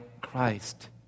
Christ